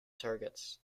targets